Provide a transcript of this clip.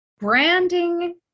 branding